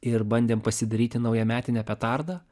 ir bandėm pasidaryti naujametinę petardą